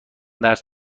درس